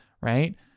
right